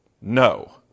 No